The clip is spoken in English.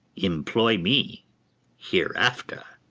employ me hereafter.